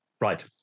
Right